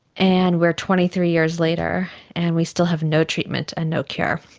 and we are twenty three years later and we still have no treatment and no care.